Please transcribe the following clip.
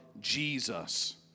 Jesus